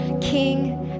king